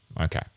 Okay